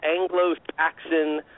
Anglo-Saxon